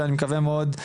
ואני מקווה מאוד,